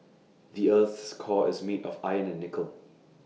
the Earth's core is made of iron and nickel